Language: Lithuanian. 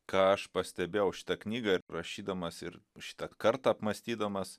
ką aš pastebėjau šitą knygą ir rašydamas ir šitą kartą apmąstydamas